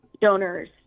donors